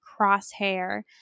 Crosshair